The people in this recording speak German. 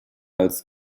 als